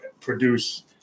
produce